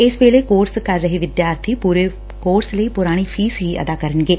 ਇਸ ਵੇਲੇ ਕੋਰਸ ਕਰ ਰਹੇ ਵਿਦਿਆਰਬੀ ਪੁਰੇ ਕੋਰਸ ਲਈ ਪੁਰਾਣੀ ਫੀਸ ਹੀ ਅਦਾ ਕਰਨਗੇ